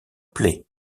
plaît